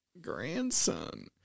Grandson